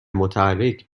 متحرک